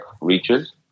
reaches